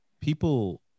people